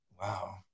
Wow